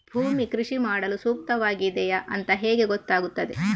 ಭೂಮಿ ಕೃಷಿ ಮಾಡಲು ಸೂಕ್ತವಾಗಿದೆಯಾ ಅಂತ ಹೇಗೆ ಗೊತ್ತಾಗುತ್ತದೆ?